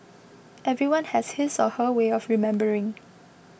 everyone has his or her way of remembering